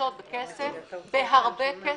שמשתמשות בכסף, בהרבה כסף,